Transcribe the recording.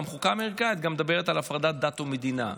החוקה האמריקאית גם מדברת על הפרדת דת ומדינה.